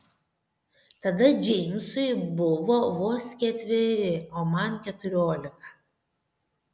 tada džeimsui buvo vos ketveri o man keturiolika